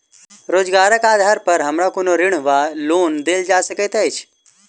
रोजगारक आधार पर हमरा कोनो ऋण वा लोन देल जा सकैत अछि?